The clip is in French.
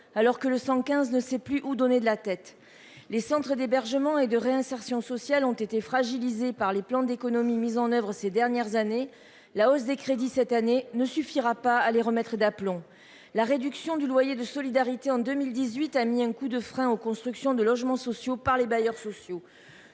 alors que le 115 ne sait plus où donner de la tête. Les centres d'hébergement et de réinsertion sociale ont été fragilisé par les plans d'économies mises en Oeuvres ces dernières années, la hausse des crédits cette année ne suffira pas à les remettre d'aplomb. La réduction du loyer de solidarité en 2018 a mis un coup de frein aux constructions de logements sociaux par les bailleurs sociaux.